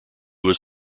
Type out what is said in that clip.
was